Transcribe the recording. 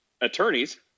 attorneys